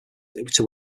which